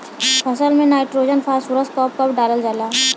फसल में nitrogen phosphorus कब कब डालल जाला?